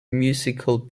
musical